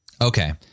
Okay